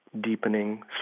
deepening